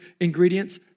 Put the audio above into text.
ingredients